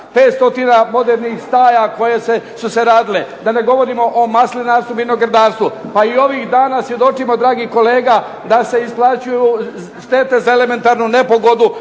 500 modernih staja koje su se radile, da ne govorimo o maslinarstvu i vinogradarstvu. Pa i ovih dana svjedoci smo dragih kolega da se isplaćuju štete za elementarnu nepogodu